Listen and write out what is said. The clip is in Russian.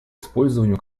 использованию